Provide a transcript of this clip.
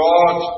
God